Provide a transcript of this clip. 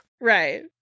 Right